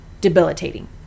debilitating